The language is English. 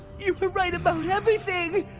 you were right about everything!